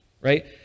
Right